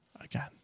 again